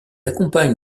accompagne